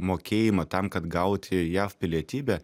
mokėjimą tam kad gauti jav pilietybę